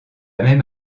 même